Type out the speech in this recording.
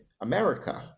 America